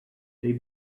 they